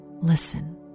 Listen